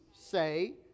say